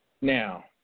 Now